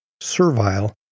servile